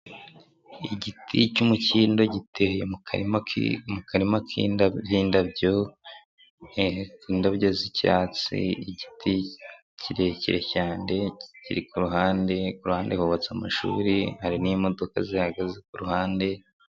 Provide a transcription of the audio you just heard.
Igiti cy'umukindo giteye mu karima k'indabyo, indabyo z'icyatsi, igiti kirekire cyane kiri ku ruhande, ku ruhande hubatse amashuri, hari n'imodoka zihagaze ku ruhande.